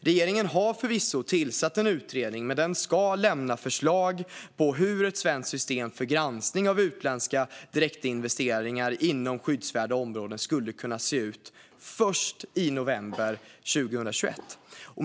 Regeringen har förvisso tillsatt en utredning, men den ska först i november 2021 lämna förslag på hur ett svenskt system för granskning av utländska direktinvesteringar inom skyddsvärda områden skulle kunna se ut.